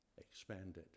expanded